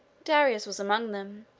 darius was among them,